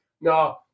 no